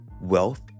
wealth